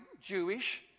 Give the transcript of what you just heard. Jewish